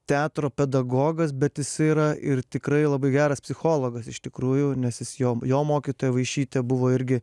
teatro pedagogas bet jis yra ir tikrai labai geras psichologas iš tikrųjų nes jis jo jo mokytoja vaišytė buvo irgi